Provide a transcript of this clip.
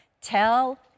Tell